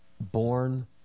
born